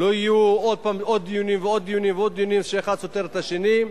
לא יהיו עוד דיונים ועוד דיונים כשהאחד סותר את השני.